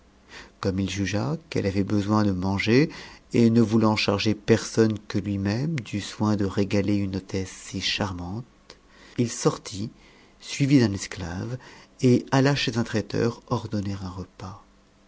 comme il jugea qu'elle avait besoin de manger et ne voulant charger personne que lui-même du soin de régaler une hôtesse si charmante il sortit suivi d'un esclave et a ia chez un traiteur ordonner un repas